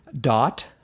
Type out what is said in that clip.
dot